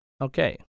Okay